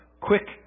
quick